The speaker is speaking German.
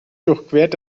durchquert